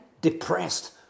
depressed